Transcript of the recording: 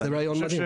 זה רעיון מדהים.